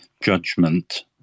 judgment